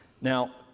Now